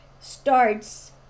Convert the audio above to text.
starts